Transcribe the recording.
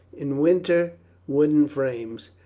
in winter wooden frames,